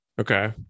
Okay